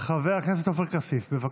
חבר הכנסת עופר כסיף, בבקשה.